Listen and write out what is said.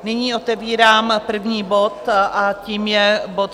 Nyní otevírám první bod a tím je bod